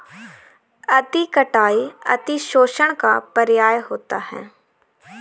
अति कटाई अतिशोषण का पर्याय होता है